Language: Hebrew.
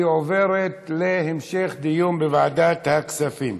והיא עוברת להמשך דיון בוועדת הכספים.